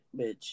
bitch